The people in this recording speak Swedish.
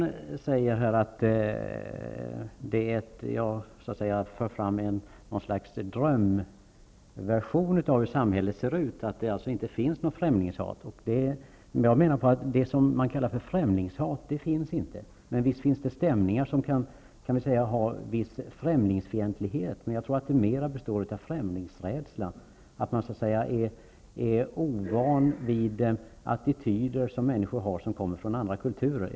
Thage G Peterson sade att jag för fram ett slags drömversion av hur samhället ser ut när jag säger att det inte finns något främlingshat. Jag menar att det man kallar främlingshat inte finns, men visst finns det stämningar av viss främlingsfientlighet. Men jag tror att de mer består av främlingsrädsla, dvs. att man så att säga är ovan vid attityder som människor har som kommer från andra kulturer.